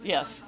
Yes